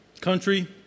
country